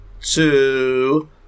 two